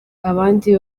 abandi